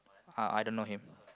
uh I don't know him